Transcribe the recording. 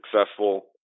successful